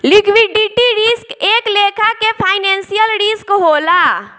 liquidity risk एक लेखा के फाइनेंशियल रिस्क होला